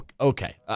Okay